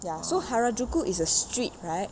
ya so harajuku is a street right